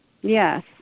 Yes